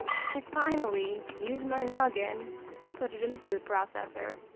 i finally used my noggin and put it in a food processor.